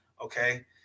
Okay